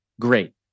Great